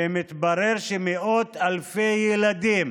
ומתברר שמאות אלפי ילדים,